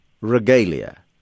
regalia